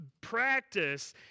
practice